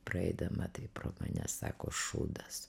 praeidama pro mane sako šūdas